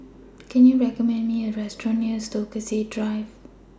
Can YOU recommend Me A Restaurant near Stokesay Drive